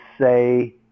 say